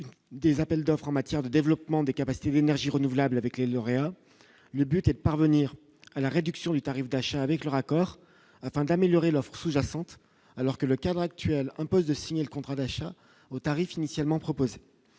des appels d'offres en matière de développement des capacités d'énergie renouvelable avec les lauréats, le but : parvenir à la réduction du tarif d'achat avec leur accord, afin d'améliorer l'offre jacente alors que le cadre actuel impose de signer le contrat d'achat aux tarifs initialement proposé